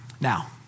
Now